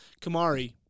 Kamari